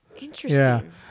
Interesting